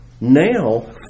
now